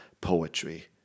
poetry